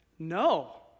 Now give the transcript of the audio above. No